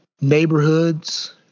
neighborhoods